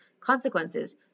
consequences